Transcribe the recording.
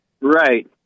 Right